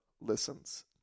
listens